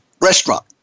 restaurant